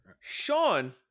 Sean